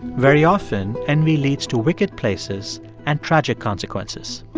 very often, envy leads to wicked places and tragic consequences